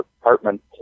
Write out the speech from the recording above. apartment